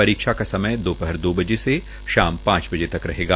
परीक्षा का समय दोपहर दो बजे से शाम पांच बजे तक रहेगा